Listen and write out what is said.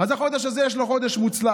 אז החודש הזה יש לו חודש מוצלח.